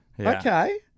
Okay